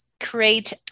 create